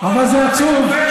אבל זה עצוב.